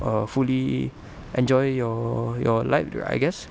err fully enjoy your your life I guess